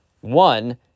One